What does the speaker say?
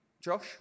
Josh